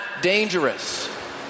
dangerous